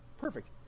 perfect